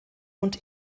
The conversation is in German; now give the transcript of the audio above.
und